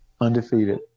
Undefeated